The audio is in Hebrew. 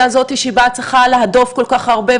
הזאת שבה את צריכה להדוף כל כך הרבה,